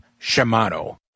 Shimano